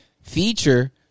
feature